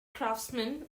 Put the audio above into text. craftsmen